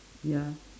ya